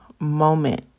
moment